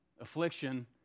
affliction